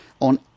on